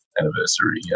anniversary